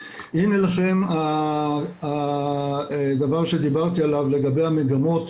הנה לכם הדבר שדיברתי עליו לגבי המגמות.